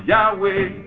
Yahweh